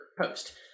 post